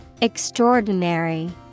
Extraordinary